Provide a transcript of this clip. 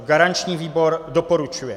Garanční výbor doporučuje.